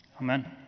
Amen